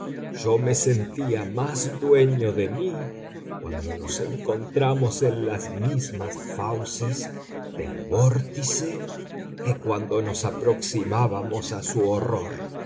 yo me sentía más dueño de mí cuando nos encontramos en las mismas fauces del vórtice que cuando nos aproximábamos a su horror